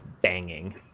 banging